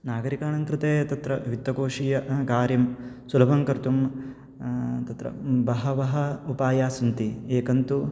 नागरिकाणां कृते तत्र वित्तकोषीय कार्यं सुलभं कर्तुं तत्र बहवः उपायास्सन्ति एकं तु